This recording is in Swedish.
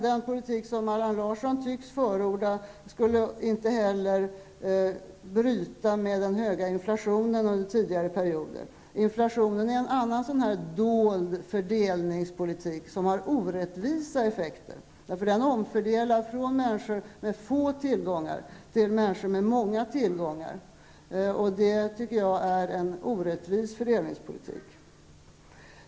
Den politik som Allan Larsson tycks förorda skulle inte heller bryta med den höga inflationen under tidigare perioder. Inflationen är en annan sådan här dold fördelningspolitik som har orättvisa effekter. Den omfördelar från människor med få tillgångar till människor med många tillgångar, och det tycker jag är en orättvis fördelningspolitik.